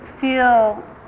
feel